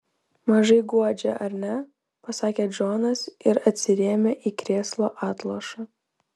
mažai guodžia ar ne pasakė džonas ir atsirėmė į krėslo atlošą